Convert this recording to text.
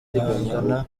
guhangana